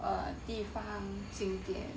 uh 地方经典